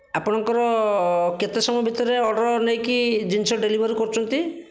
ଆପଣଙ୍କର କେତେ ସମୟ ଭିତରେ ଅର୍ଡ଼ର ନେଇକି ଜିନିଷ ଡେଲିଭରି କରୁଛନ୍ତି